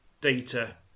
Data